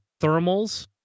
thermals